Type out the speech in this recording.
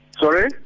Sorry